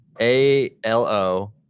A-L-O